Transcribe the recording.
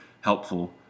helpful